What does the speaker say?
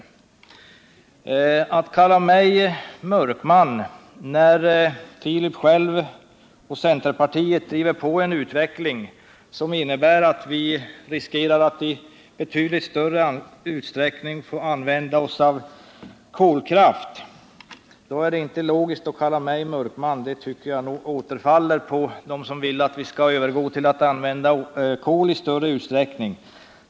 Det är inte logiskt att kalla mig mörkman när Filip Johansson och övriga centerpartister själva driver på en utveckling som innebär att vi riskerar att i betydligt större utsträckning få använda oss av kolkraft i stället för kärnkraft. Jag tycker att ordet mörkman återfaller på den som vill att vi skall övergå till att använda kol i större utsträckning.